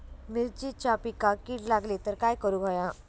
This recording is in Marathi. मिरचीच्या पिकांक कीड लागली तर काय करुक होया?